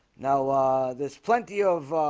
now there's plenty of